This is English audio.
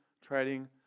trading